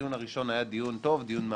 הדיון הראשון היה דיון טוב ומעמיק,